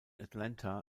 atlanta